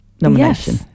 nomination